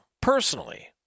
personally